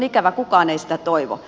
kukaan ei sitä toivo